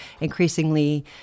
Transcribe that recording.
increasingly